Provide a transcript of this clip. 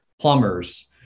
plumbers